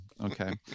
Okay